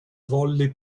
volle